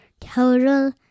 total